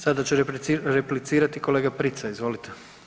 Sada će replicirati kolega Prica, izvolite.